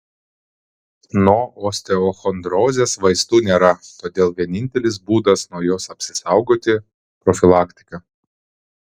nuo osteochondrozės vaistų nėra todėl vienintelis būdas nuo jos apsisaugoti profilaktika